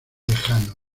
lejano